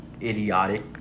idiotic